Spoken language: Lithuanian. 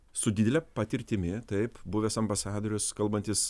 su didele patirtimi taip buvęs ambasadorius kalbantis